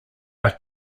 are